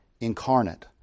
incarnate